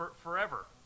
forever